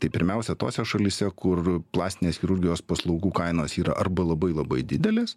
tai pirmiausia tose šalyse kur plastinės chirurgijos paslaugų kainos yra arba labai labai didelės